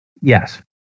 yes